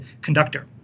conductor